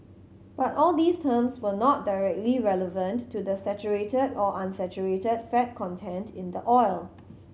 but all these terms were not directly relevant to the saturated or unsaturated fat content in the oil